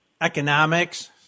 economics